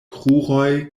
kruroj